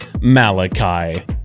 Malachi